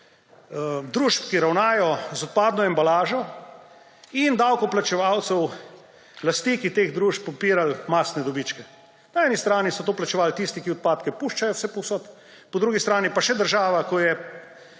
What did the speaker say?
družb, ki ravnajo z odpadno embalažo, in davkoplačevalcev lastniki teh družb pobirali mastne dobičke. Na eni strani so to plačeval tisti, ki odpadke puščajo vsepovsod, po drugi strani pa še država, ko je